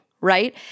right